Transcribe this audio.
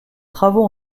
travaux